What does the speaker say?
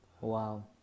wow